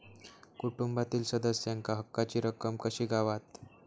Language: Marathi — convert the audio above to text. कुटुंबातील सदस्यांका हक्काची रक्कम कशी गावात?